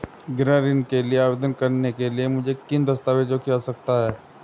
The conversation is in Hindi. गृह ऋण के लिए आवेदन करने के लिए मुझे किन दस्तावेज़ों की आवश्यकता है?